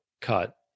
cut